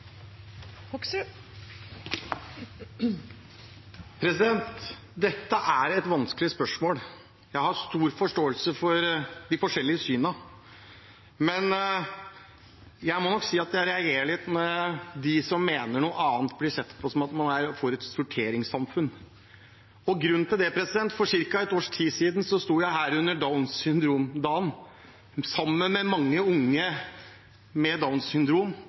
et vanskelig spørsmål. Jeg har stor forståelse for de forskjellige synene, men jeg må nok si at jeg reagerer litt når man ser det slik at de som mener noe annet, er for et sorteringssamfunn. For ca. et års tid siden sto jeg her på Downs syndrom-dagen sammen med mange unge med Downs syndrom,